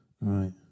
right